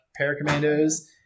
Paracommandos